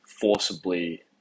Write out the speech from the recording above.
forcibly